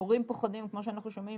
כמו שאנחנו שומעים,